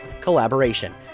collaboration